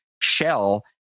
shell